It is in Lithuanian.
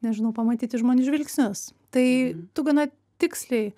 nežinau pamatyti žmonių žvilgsnius tai tu gana tiksliai